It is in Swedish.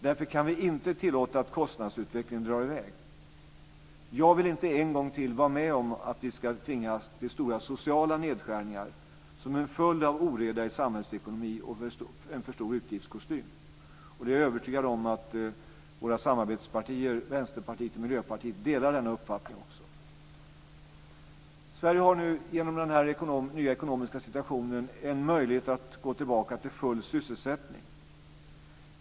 Därför kan vi inte tillåta att kostnadsutvecklingen drar i väg. Jag vill inte en gång till vara med om att vi ska tvingas till stora sociala nedskärningar som en följd av oreda i samhällsekonomi och en för stor utgiftskostym. Jag är övertygad om att också våra samarbetspartier, Vänsterpartiet och Miljöpartiet, delar den uppfattningen. Sverige har nu genom den här nya ekonomiska situationen en möjlighet att gå tillbaka till full sysselsättning.